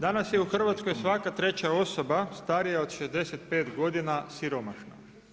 Danas je u Hrvatskoj svaka treća osoba starija od 65 godina siromašna.